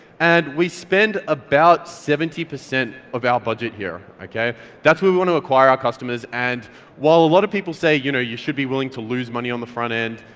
and we spend about seventy percent of our budget here. that's what we want to acquire our customers and while a lot of people say you know you should be willing to lose money on the front end,